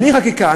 בלי חקיקה,